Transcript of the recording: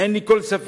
אין לי כל ספק